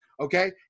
okay